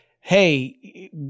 hey